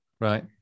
Right